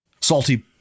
Salty